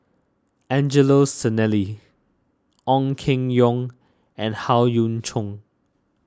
Angelo Sanelli Ong Keng Yong and Howe Yoon Chong